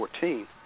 2014